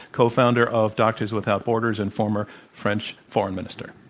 co-founder of doctors without borders and former french foreign minister.